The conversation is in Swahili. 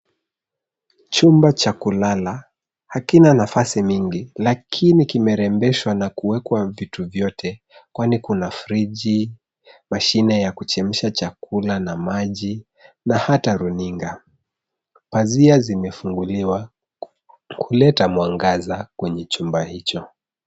Chumba cha kulala hakina nafasi mingi lakini kimerembeshwa na kuwekwa vitu vyote kwani kuna friji, mashine ya kuchemsha chakula na maji na hata runinga. Pazia zimefunguliwa kuleta mwangaza kwenye chumba hicho.